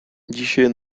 dzisiaj